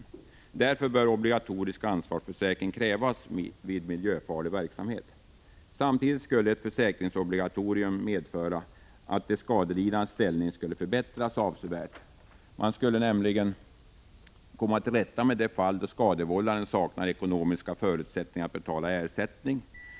Därför bör obligatorisk ansvarsförsäkring krävas vid miljöfarlig verksamhet. Samtidigt skulle ett försäkringsobligatorium medföra att skadelidandes ställning skulle förbättras avsevärt. Man skulle nämligen komma till rätta med de fall där skadevållaren saknar ekonomiska förutsättningar att betala ersättning.